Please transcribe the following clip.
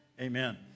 Amen